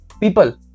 people